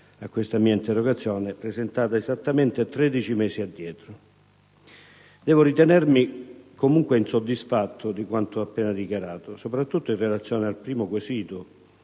a questa mia interrogazione, presentata esattamente 13 mesi fa. Devo ritenermi comunque insoddisfatto di quanto ha appena dichiarato, soprattutto in relazione al primo quesito,